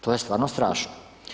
To je stvarno strašno.